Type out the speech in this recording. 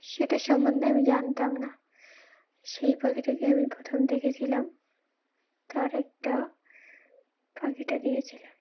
সেটা সম্বন্ধে আমি জানতাম না সেই পাখিটাকে আমি প্রথম দেখেছিলাম তার একটা পাখিটা দিয়েছিলাম